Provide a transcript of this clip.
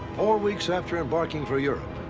four weeks after embarking for europe,